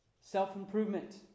Self-improvement